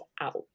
out